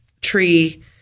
tree